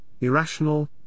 irrational